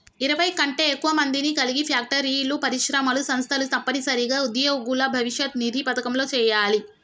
ఇరవై కంటే ఎక్కువ మందిని కలిగి ఫ్యాక్టరీలు పరిశ్రమలు సంస్థలు తప్పనిసరిగా ఉద్యోగుల భవిష్యత్ నిధి పథకంలో చేయాలి